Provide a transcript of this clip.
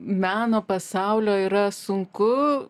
meno pasaulio yra sunku